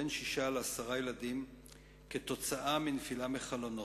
בין שישה לעשרה ילדים עקב נפילה מחלונות.